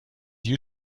you